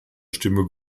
stimme